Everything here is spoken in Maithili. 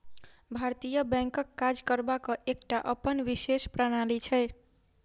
भारतीय बैंकक काज करबाक एकटा अपन विशेष प्रणाली छै